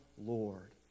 Lord